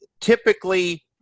typically